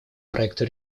проекту